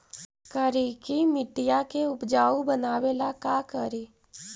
करिकी मिट्टियां के उपजाऊ बनावे ला का करी?